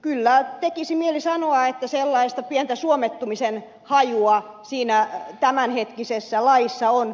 kyllä tekisi mieli sanoa että sellaista pientä suomettumisen hajua siinä tämänhetkisessä laissa on